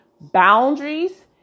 boundaries